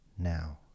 Now